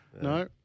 no